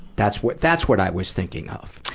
that's what, that's what i was thinking of.